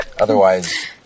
Otherwise